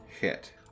hit